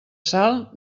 sal